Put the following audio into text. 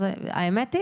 האמת היא